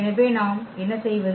எனவே நாம் என்ன செய்வது